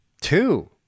two